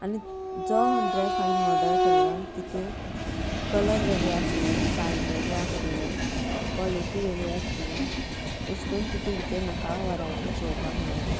आनी जो ड्रेस हांवें ओर्डर केल्लो तितुंक कलर वेगळें आसलें सायज वेगळें आसलें कॉलिटी वेगळीं आसली तशे करना तितुन भितर म्हाका वरायटी पळोवपाक मेळ्ळली